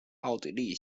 奥地利